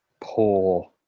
poor